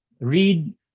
read